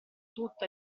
tutto